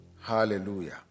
Hallelujah